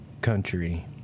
country